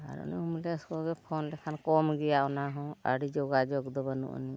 ᱟᱨ ᱚᱱᱮ ᱮᱢᱵᱩᱞᱮᱱᱥ ᱠᱚᱜᱮ ᱯᱷᱳᱱ ᱞᱮᱠᱷᱟᱱ ᱠᱚᱢ ᱜᱮᱭᱟ ᱚᱱᱟ ᱦᱚᱸ ᱟᱹᱰᱤ ᱡᱳᱜᱟᱡᱳᱜᱽ ᱫᱚ ᱵᱟᱹᱱᱩᱜ ᱟᱹᱱᱤᱡ